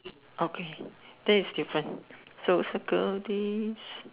okay then is different so circle this